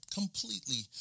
completely